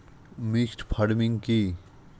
Mixed farming কি?